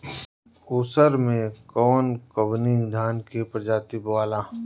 उसर मै कवन कवनि धान के प्रजाति बोआला?